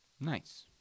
Nice